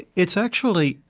it's actually,